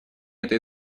этой